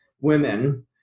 women